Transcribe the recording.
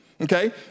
okay